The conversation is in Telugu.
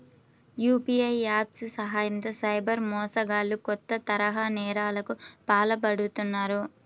యూ.పీ.ఐ యాప్స్ సాయంతో సైబర్ మోసగాళ్లు కొత్త తరహా నేరాలకు పాల్పడుతున్నారు